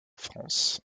france